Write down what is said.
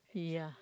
he uh